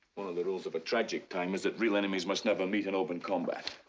of the rules of a tragic time is that real enemies must never meet in open combat.